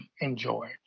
enjoy